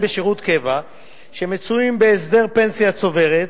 בשירות קבע שמצויים בהסדר פנסיה צוברת,